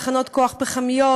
תחנות כוח פחמיות,